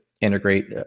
integrate